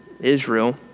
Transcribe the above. Israel